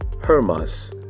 Hermas